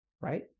Right